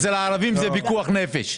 אצל הערבים זה פיקוח נפש.